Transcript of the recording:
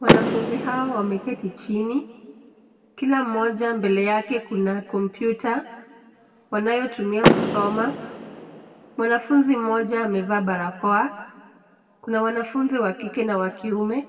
Wanafunzi hawa wameketi chini. Kila mmoja mbele yake, kuna kompyuta wanayotumia kusoma. Mwanafunzi mmoja amevaa barakoa. Kuna wanafunzi wa kike na wa kiume.